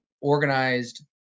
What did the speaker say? organized